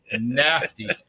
Nasty